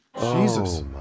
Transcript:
Jesus